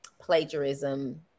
plagiarism